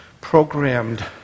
programmed